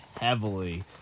heavily